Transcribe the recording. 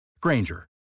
Granger